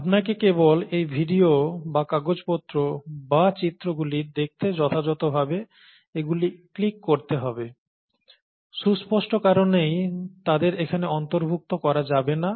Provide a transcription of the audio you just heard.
আপনাকে কেবল এই ভিডিও বা কাগজপত্র বা চিত্রগুলি দেখতে যথাযথভাবে এগুলি ক্লিক করতে হবে সুস্পষ্ট কারণেই তাদের এখানে অন্তর্ভুক্ত করা যাবে না